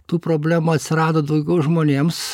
tų problemų atsirado daugiau žmonėms